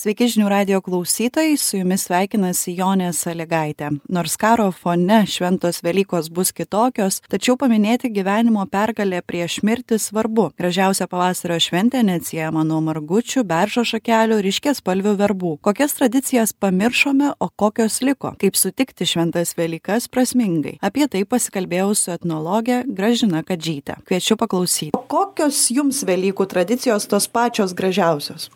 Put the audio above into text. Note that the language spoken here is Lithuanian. sveiki žinių radijo klausytojai su jumis sveikinasi jonė salygaitė nors karo fone šventos velykos bus kitokios tačiau paminėti gyvenimo pergalę prieš mirtį svarbu gražiausia pavasario šventė neatsiejama nuo margučių beržo šakelių ryškiaspalvių verbų kokias tradicijas pamiršome o kokios liko kaip sutikti šventas velykas prasmingai apie tai pasikalbėjau su etnologe gražina kadžyte kviečiu paklausyt kokios jums velykų tradicijos tos pačios gražiausios